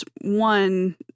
one